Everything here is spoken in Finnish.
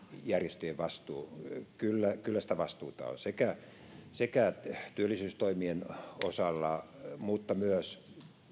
järjestöjen vastuu kyllä kyllä sitä vastuuta on sekä työllisyystoimien osalta että myös